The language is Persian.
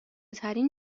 ترین